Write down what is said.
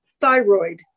thyroid